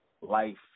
life